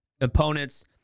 opponents